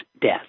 death